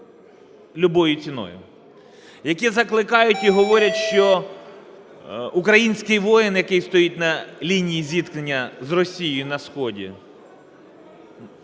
які закликають і говорять, що український воїн, який стоїть на лінії зіткнення з Росією на сході,